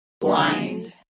Blind